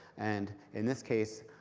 and in this case,